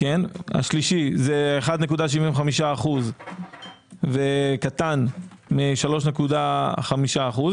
השלישי זה 1.75% וקטן מ-3.5%.